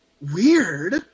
weird